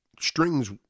strings